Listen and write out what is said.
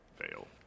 Fail